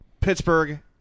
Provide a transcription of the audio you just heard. Pittsburgh